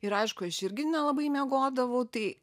ir aišku aš irgi nelabai miegodavau tai